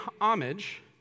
homage